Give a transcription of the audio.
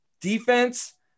defense